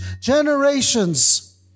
generations